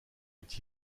est